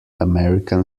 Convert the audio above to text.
american